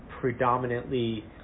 predominantly